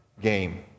game